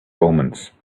omens